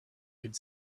could